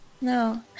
no